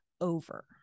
over